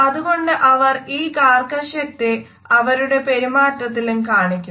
അതുകൊണ്ട് അവർ ഈ കർക്കശ്യത്തെ അവരുടെ പെരുമാറ്റത്തിലും കാണിക്കുന്നു